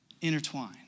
intertwine